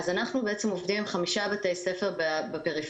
אנחנו עובדים עם 5 בתי ספר בפריפריה,